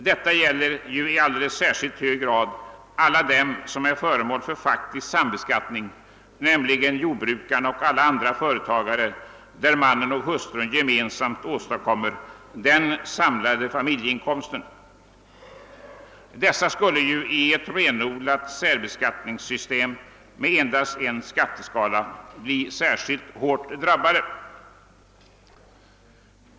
Detta gäller ju i alldeles särskilt hög grad alla dem som är föremål för faktisk sambeskattning, nämligen jordbrukarna och alla andra företagare, där mannen och hustrun ge mensamt åstadkommer den samlade familjeinkomsten. Dessa skulle i ett renodlat särbeskattningssystem med endast en skatteskala bli särskilt hårt drabbade.